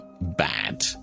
bad